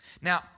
Now